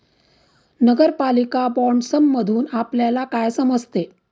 नगरपालिका बाँडसमधुन आपल्याला काय समजते?